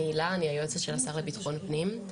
אני הילה, אני היועצת של השר לביטחון פנים.